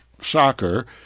soccer